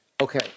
Okay